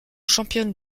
championne